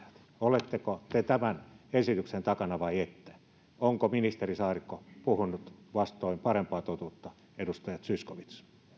oletteko te tämän esityksen takana vai ette onko ministeri saarikko puhunut vastoin parempaa totuutta edustaja zyskowicz